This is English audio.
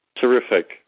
terrific